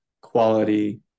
quality